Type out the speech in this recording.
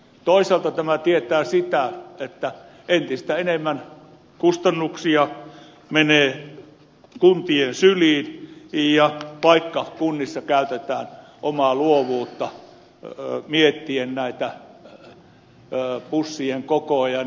toisaalta tämä tietää sitä että entistä enemmän kustannuksia menee kuntien syliin ja vaikka kunnissa käytetään omaa luovuutta miettien näitä bussien kokoja ja niin edelleen